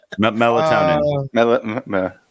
Melatonin